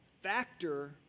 factor